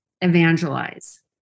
evangelize